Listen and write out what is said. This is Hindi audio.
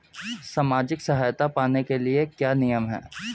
सामाजिक सहायता पाने के लिए क्या नियम हैं?